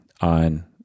on